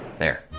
there!